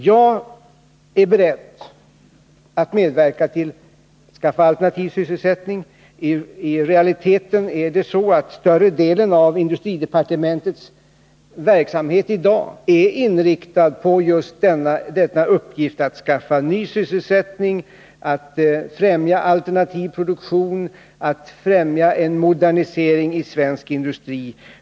Jag är beredd att medverka till att skaffa alternativ sysselsättning. I realiteten är det så att större delen av industridepartementets verksamhet i dag är inriktad på just denna uppgift: att skaffa ny sysselsättning, att främja alternativ produktion och att främja en modernisering i svensk industri.